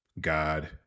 God